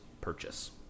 purchase